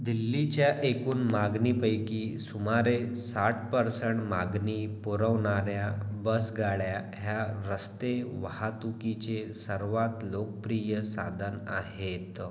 दिल्लीच्या एकूण मागणीपैकी सुमारे साठ पर्संट मागणी पुरवणाऱ्या बसगाड्या ह्या रस्ते वाहतुकीचे सर्वात लोकप्रिय साधन आहेत